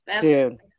Dude